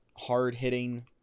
hard-hitting